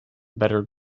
better